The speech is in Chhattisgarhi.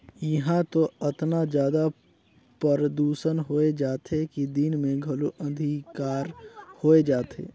इहां तो अतना जादा परदूसन होए जाथे कि दिन मे घलो अंधिकार होए जाथे